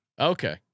Okay